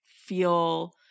feel –